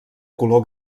color